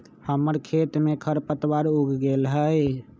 हमर खेत में खरपतवार उग गेल हई